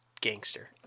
gangster